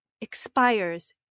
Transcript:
Expires